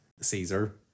Caesar